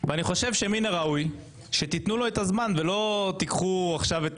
ואני חושב שמן הראוי שתיתנו לו את הזמן ולא תיקחו עכשיו את